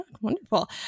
wonderful